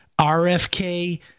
RFK